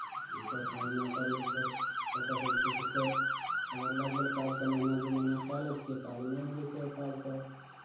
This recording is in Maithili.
दू चारि पाँच दिना करलहुँ फेर ओतयसँ जे छै से फेर अगर लागि गेल काज तऽ महीना दू महीना कए लै छियै काज नहि मिलै छै काज तऽ